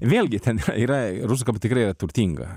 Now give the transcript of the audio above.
vėlgi ten yra rusų kalba tikrai yra turtinga